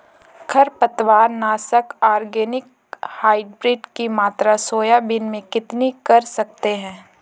खरपतवार नाशक organic hybrid की मात्रा सोयाबीन में कितनी कर सकते हैं?